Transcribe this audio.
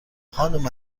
خانم